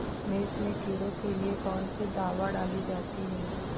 मिर्च में कीड़ों के लिए कौनसी दावा डाली जाती है?